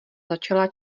začala